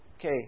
Okay